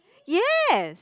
yes